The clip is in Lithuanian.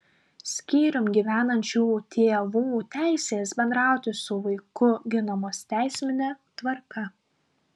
skyrium gyvenančių tėvų teisės bendrauti su vaiku ginamos teismine tvarka